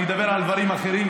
אני אדבר על דברים אחרים,